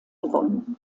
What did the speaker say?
gewonnen